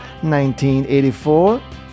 1984